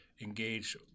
engage